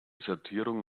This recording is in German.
sortierung